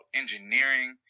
engineering